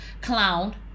clown